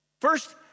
first